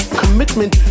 commitment